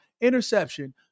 Interception